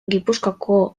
gipuzkoako